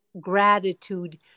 gratitude